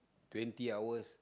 twenty hours